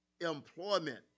employment